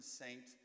saint